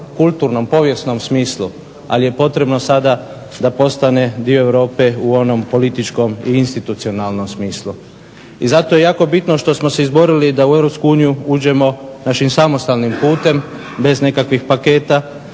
kulturnom, povijesnom smislu. Ali je potrebno da postane dio Europe u onom političkom i institucionalnom smislu. I zato je jako bitno što smo se izborili da u Europsku uniju uđemo našim samostalnim putem bez nekakvih paketa,